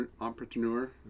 entrepreneur